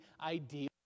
ideal